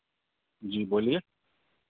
जी बोलिए